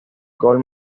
gold